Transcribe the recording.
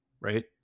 right